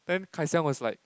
then Kai-Xiang was like